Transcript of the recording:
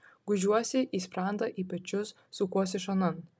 gūžiuosi į sprandą į pečius sukuosi šonan